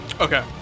Okay